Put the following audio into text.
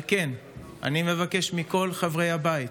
על כן אני מבקש מכל חברי הבית,